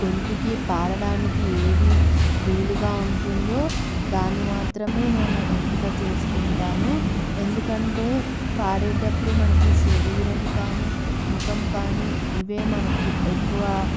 గొంతుకి పాడడానికి ఏది వీలుగా ఉంటుందో దాన్ని మాత్రమే నేను ఎంపిక చేసుకుంటాను ఎందుకంటే పాడేటప్పుడు మనకి శరీరం కానీ ముఖం కానీ ఇవే మనకు ఎక్కువ